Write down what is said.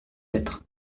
être